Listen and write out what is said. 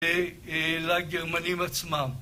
לגרמנים עצמם.